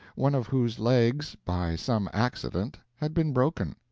one of whose legs, by some accident, had been broken.